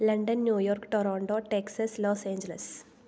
London New York Toronto Texas Los Angeles